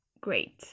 great